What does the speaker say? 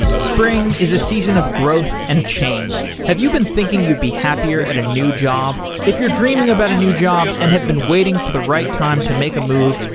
spring is a season of growth and change. have you been thinking you'd be happier at a new job? if you're dreaming about a new job and have been waiting for the right time to make a move,